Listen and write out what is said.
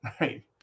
right